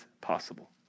possible